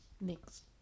Next